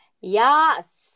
Yes